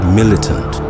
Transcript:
militant